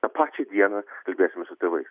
tą pačią dieną kalbėsime su tėvais